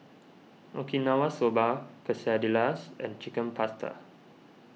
Okinawa Soba Quesadillas and Chicken Pasta